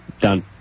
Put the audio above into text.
done